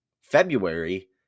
February